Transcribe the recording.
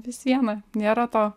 vis viena nėra to